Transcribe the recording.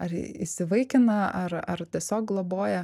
ar įsivaikina ar ar tiesiog globoja